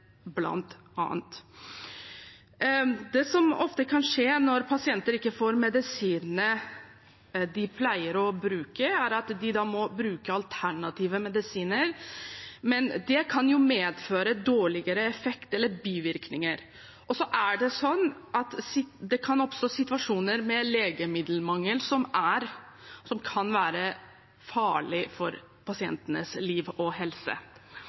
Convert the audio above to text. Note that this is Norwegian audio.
Det som ofte kan skje når pasienter ikke får medisinene de pleier å bruke, er at de da må bruke alternative medisiner, men det kan medføre dårligere effekt eller bivirkninger. Det kan også oppstå sitasjoner med legemiddelmangel som kan være farlig for pasientenes liv og helse.